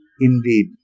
indeed